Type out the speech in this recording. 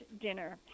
dinner